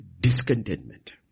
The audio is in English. discontentment